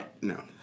No